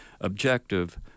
objective